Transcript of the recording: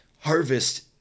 harvest